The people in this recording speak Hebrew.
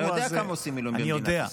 אתה יודע כמה עושים מילואים במדינת ישראל.